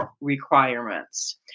requirements